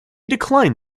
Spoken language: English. declined